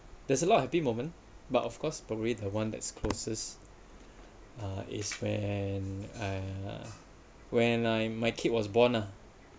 there's a lot of happy moment but of course probably the one that's closest uh is when uh uh when I my kid was born lah